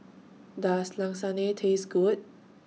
Does Lasagne Taste Good